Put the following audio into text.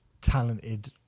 talented